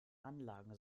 anlagen